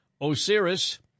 OSIRIS